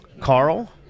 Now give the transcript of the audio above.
Carl